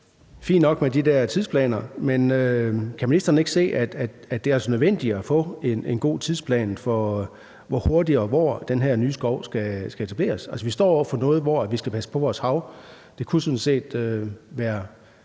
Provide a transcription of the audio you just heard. fint nok med de der tidsplaner. Men kan ministeren ikke se, at det altså er nødvendigt at få en god tidsplan for, hvor hurtigt og hvor den her nye skov skal etableres? Vi står over for, at vi skal passe på vores hav. Det kunne sådan set være